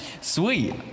Sweet